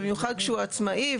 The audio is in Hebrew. ובמיוחד כשהוא עצמאי,